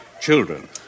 children